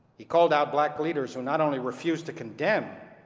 he called out black leaders who not only refuse to condemn,